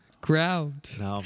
ground